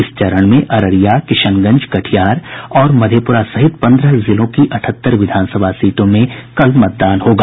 इस चरण में अररिया किशनगंज कटिहार और मधेपुरा सहित पन्द्रह जिलों की अठहत्तर विधानसभा सीटों में कल मतदान होगा